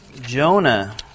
Jonah